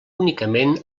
únicament